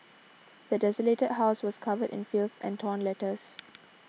the desolated house was covered in filth and torn letters